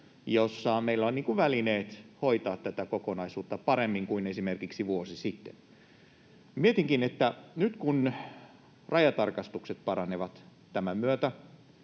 jossa meillä on välineet hoitaa tätä kokonaisuutta paremmin kuin esimerkiksi vuosi sitten. Mietinkin, että nyt rajatarkastukset paranevat tämän myötä,